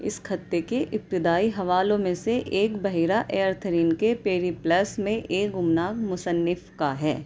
اس خطے کے ابتدائی حوالوں میں سے ایک بحیرہ ایئرتھرین کے پیری پلس میں ایک گمنام مصنف کا ہے